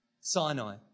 Sinai